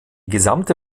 gesamte